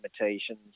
limitations